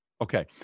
Okay